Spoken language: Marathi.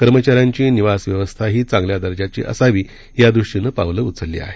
कर्मचाऱ्यांची निवासव्यवस्थाही चांगल्या दर्जाची असावी यादृष्टीनं पावलं उचलली आहेत